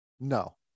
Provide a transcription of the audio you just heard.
no